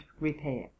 repair